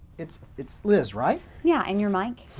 it's it's liz right? yeah, and you're mike?